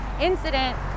incident